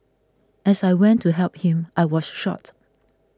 as I went to help him I was shot